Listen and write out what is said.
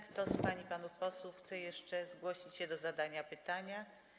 Czy ktoś z pań i panów posłów chce jeszcze zgłosić się do zadania pytania?